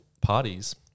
parties